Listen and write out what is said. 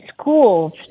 school's